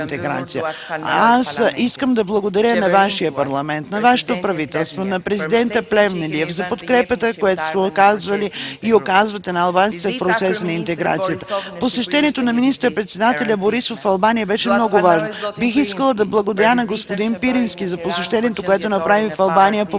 Искам да благодаря на вашия Парламент, на вашето правителство, на президента Плевнелиев за подкрепата, която сте оказвали и оказвате на албанците в процеса на интеграция. Посещението на министър-председателя Борисов в Албания беше много важно. Бих искала да благодаря на господин Пирински за посещението, което направи в Албания по повод